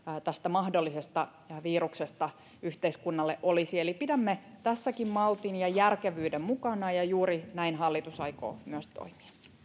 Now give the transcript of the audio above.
tästä mahdollisesta viruksesta yhteiskunnalle olisi eli pidämme tässäkin maltin ja järkevyyden mukana ja ja juuri näin hallitus aikoo myös toimia